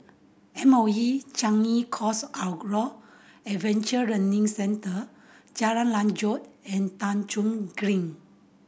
M O E Changi Coast Outdoor Adventure Learning Centre Jalan Lanjut and Thong Soon Green